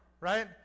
right